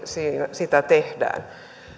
sitä tehdään